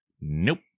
Nope